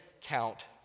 count